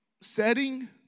setting